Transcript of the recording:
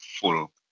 full